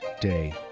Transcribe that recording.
day